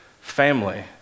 family